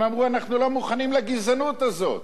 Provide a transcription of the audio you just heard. הם אמרו: אנחנו לא מוכנים לגזענות הזאת.